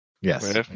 yes